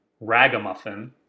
Ragamuffin